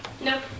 Nope